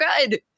good